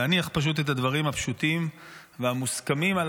להניח פשוט את הדברים הפשוטים והמוסכמים על